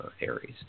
Aries